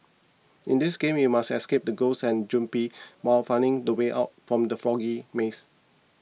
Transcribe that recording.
in this game you must escape the ghosts and zombies while finding the way out from the foggy maze